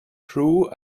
true